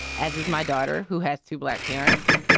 as is my daughter, who has two black parents.